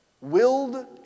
willed